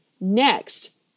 Next